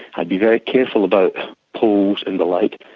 i'd be very careful about polls and the like.